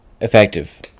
effective